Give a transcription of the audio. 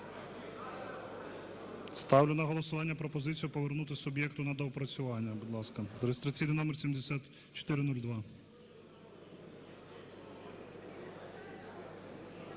Ставлю на голосування пропозицію повернути суб'єкту на доопрацювання, будь ласка, реєстраційний номер 7402.